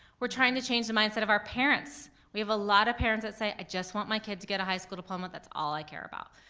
we're trying to change the mindset of our parents. we have a lot of parents that say, i just want my kid to get a high school diploma. that's all care about,